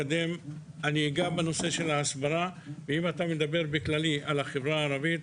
אם מדברים באופן כללי על החברה הערבית,